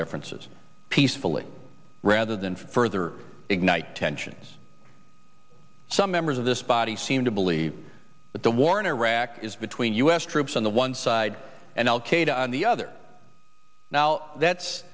differences peacefully rather than further ignite tensions some members of this body seem to believe that the war in iraq is between u s troops on the one side and al qaeda on the other that's